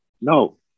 No